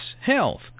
health